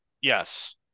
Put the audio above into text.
Yes